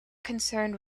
concerned